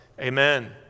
Amen